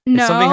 no